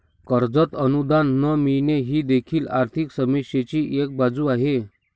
कर्जात अनुदान न मिळणे ही देखील आर्थिक समस्येची एक बाजू आहे